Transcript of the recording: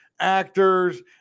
actors